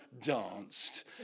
danced